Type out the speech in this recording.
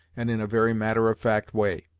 and in a very matter of fact way.